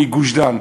מגוש-דן.